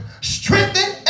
strengthen